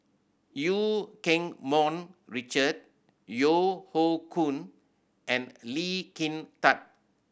Eu Keng Mun Richard Yeo Hoe Koon and Lee Kin Tat